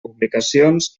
publicacions